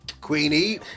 Queenie